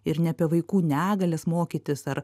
ir ne apie vaikų negalias mokytis ar